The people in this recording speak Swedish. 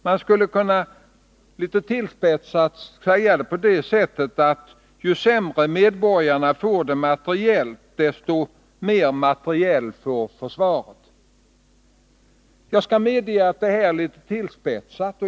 Man skulle litet tillspetsat kunna säga på det här sättet: Ju sämre medborgarna får det materiellt, desto mer materiel får försvaret. Jag skall medge att det här är litet tillspetsat.